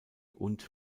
und